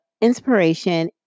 inspiration